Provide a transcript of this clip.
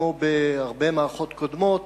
כמו בהרבה מערכות קודמות,